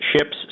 ships